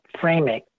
framing